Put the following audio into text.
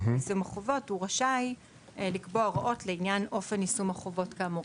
הוא רשאי לקבוע הוראות לעניין אופן יישום החובות כאמור.